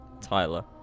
Tyler